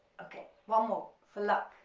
okay one more for luck,